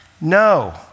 No